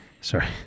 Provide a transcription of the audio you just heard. Sorry